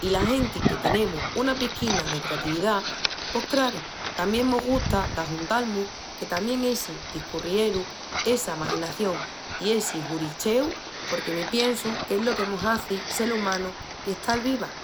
I la genti que tenemus una pisquina de creatividá pos, craru, tamién mos gusta d'ajuntal-mus que tamién essi discurrieru, essa maginación i essi huricheu, porque me piensu qu'es lo que mos hazi sel umanus i estal vivas.